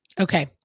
Okay